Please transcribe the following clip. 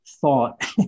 thought